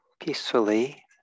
peacefully